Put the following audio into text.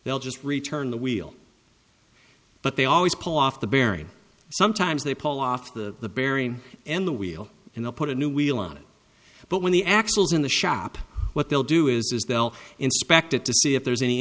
they'll just return the wheel but they always pull off the bearing sometimes they pull off the the bearing and the wheel and they'll put a new wheel on it but when the axles in the shop what they'll do is they'll inspect it to see if there's any